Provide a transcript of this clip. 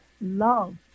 love